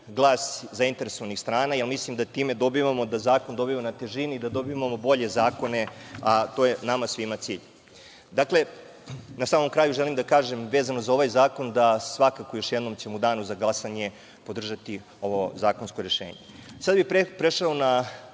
glas zainteresovanih strana, jer mislim da time dobijamo, da zakon dobija na težini, da dobijamo bolje zakone, a to je nama svima cilj. Na samom kraju, želim da kažem, vezano za ovaj zakon, da ćemo svakako u danu za glasanje podržati ovo zakonsko rešenje. Sada bih prešao na